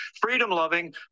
freedom-loving